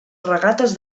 regates